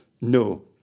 No